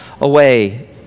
away